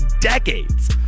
decades